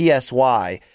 PSY